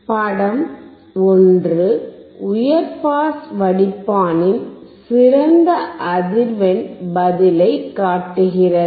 படம் 1 உயர் பாஸ் வடிப்பானின் சிறந்த அதிர்வெண் பதிலைக் காட்டுகிறது